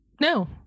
No